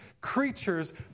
creatures